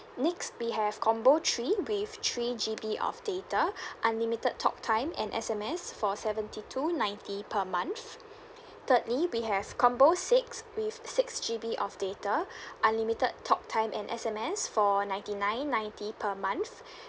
next we have combo three with three G_B of data unlimited talk time and S_M_S for seventy two ninety per month thirdly we have combo six with six G_B of data unlimited talk time and S_M_S for ninety nine ninety per month